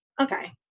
Okay